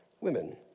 women